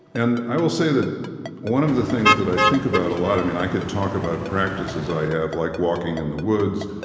and i will say that one of the things that i think about a lot i mean, i could talk about practices i have like walking in the woods,